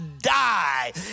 die